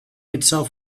itself